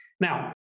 Now